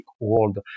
world